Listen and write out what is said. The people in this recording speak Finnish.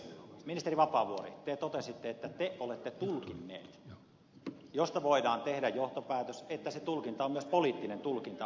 ministeri vapaavuori te totesitte että te olette tulkinnut mistä voidaan tehdä johtopäätös että se tulkinta on ollut myös poliittinen tulkinta